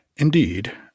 Indeed